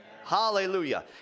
Hallelujah